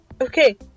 Okay